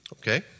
Okay